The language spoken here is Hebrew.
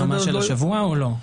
ברמה של השבוע או לא?